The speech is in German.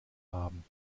haben